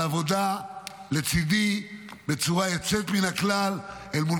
על עבודה לצידי בצורה יוצאת מן הכלל אל מול